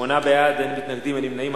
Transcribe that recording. שמונה בעד, אין מתנגדים, אין נמנעים.